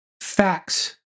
facts